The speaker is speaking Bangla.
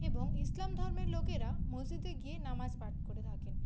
এবং ইসলাম ধর্মের লোকেরা মসজিদে গিয়ে নমাজ পাঠ করে থাকেন